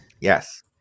Yes